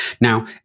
Now